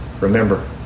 remember